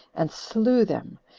and slew them,